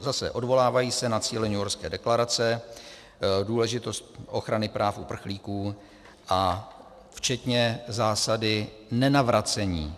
Zase, odvolávají se na cíle Newyorské deklarace, důležitost ochrany práv uprchlíků a včetně zásady nenavracení.